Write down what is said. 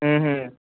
ಹ್ಞೂ ಹ್ಞೂ